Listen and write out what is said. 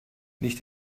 nicht